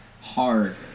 hard